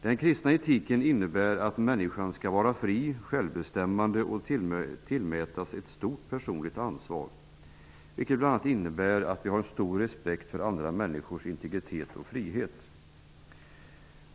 Den kristna etiken innebär att människan skall vara fri och självbestämmande och tillmätas ett stort personligt ansvar, vilket bl.a. innebär att vi har stor respekt för andra människors integritet och frihet.